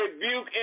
rebuke